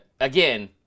again